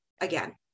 again